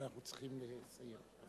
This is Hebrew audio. אבל אנחנו צריכים לסיים.